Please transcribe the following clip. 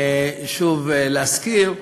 שוב להזכיר,